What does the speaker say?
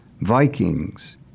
Vikings